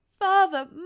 father